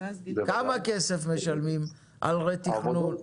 כמה כסף משלמים על רה-תכנון?